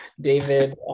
David